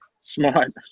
smart